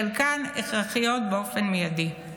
חלקן הכרחיות באופן מיידי.